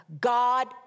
God